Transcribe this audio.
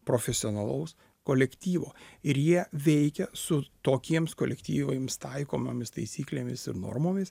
profesionalaus kolektyvo ir jie veikia su tokiems kolektyvams taikomomis taisyklėmis ir normomis